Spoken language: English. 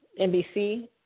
NBC